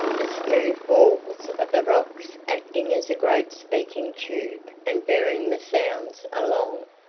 the smooth walls of the rocks acting as a great speaking-tube and bearing the sounds along.